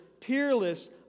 peerless